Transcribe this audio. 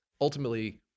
ultimately